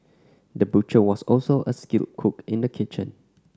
the butcher was also a skilled cook in the kitchen